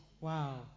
Wow